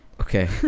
Okay